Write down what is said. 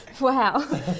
Wow